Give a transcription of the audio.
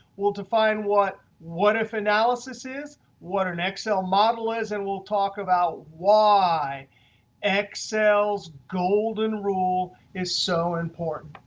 we'll define what what if analysis is, what an excel model is, and we'll talk about why excel's golden rule is so important.